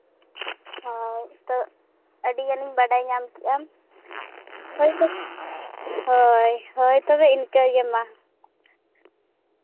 ᱦᱳᱭ ᱛᱚ ᱟᱹᱰᱤᱜᱟᱱᱤᱧ ᱵᱟᱰᱟᱭ ᱧᱟᱢ ᱠᱮᱜᱼᱟ ᱦᱳᱭ ᱦᱳᱭ ᱛᱚᱵᱮ ᱤᱱᱠᱟᱹ ᱜᱮ ᱢᱟ